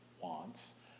wants